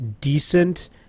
decent